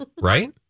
Right